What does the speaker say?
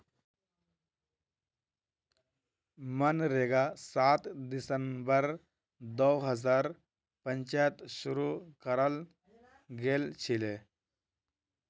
मनरेगा सात दिसंबर दो हजार पांचत शूरू कराल गेलछिले